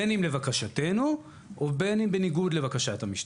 בין אם לבקשתנו ובין אם בניגוד לבקשת המשטרה.